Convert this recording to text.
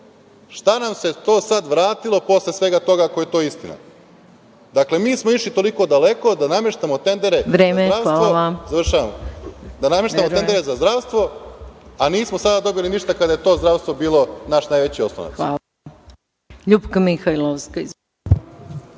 Šta nam se to sada vratilo, posle svega toga, ako je to istina? Dakle, mi smo išli toliko daleko da nameštamo tendere za zdravstvo, a nismo sada dobili ništa, kada je to zdravstvo bilo naš najveći oslonac.